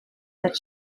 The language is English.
that